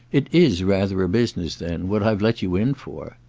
it is rather a business then what i've let you in for!